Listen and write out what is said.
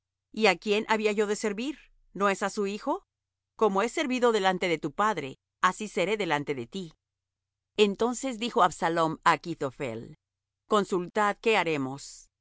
á quién había yo de servir no es á su hijo como he servido delante de tu padre así seré delante de ti entonces dijo absalom á achitophel consultad qué haremos